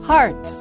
Heart